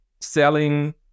selling